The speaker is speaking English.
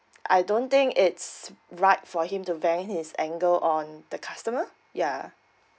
I don't think it's right for him to vent his anger on the customer ya